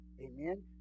Amen